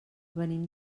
venim